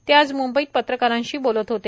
ते आज मूंबईत पत्रकारांशी बोलत होते